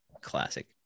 classic